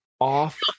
off